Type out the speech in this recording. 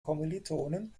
kommilitonen